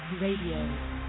Radio